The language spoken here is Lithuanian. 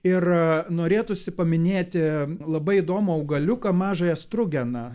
ir norėtųsi paminėti labai įdomų augaliuką mažąją strugeną